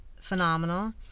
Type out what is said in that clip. phenomenal